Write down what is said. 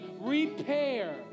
repair